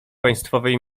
państwowej